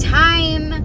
time